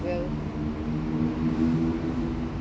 okay lah let's say what you say it's a super long will